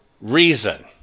reason